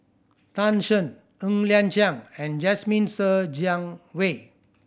Tan Shen Ng Liang Chiang and Jasmine Ser Jiang Wei